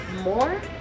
more